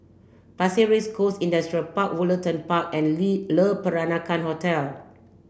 Pasir Ris Coast Industrial Park Woollerton Park and Le Peranakan Hotel